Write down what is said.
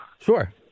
Sure